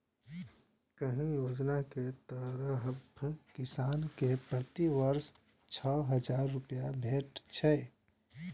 एहि योजना के तहत किसान कें प्रति वर्ष छह हजार रुपैया भेटै छै